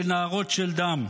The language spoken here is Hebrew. בנהרות של דם.